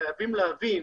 חייבים להבין